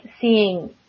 seeing